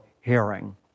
hearing